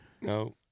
No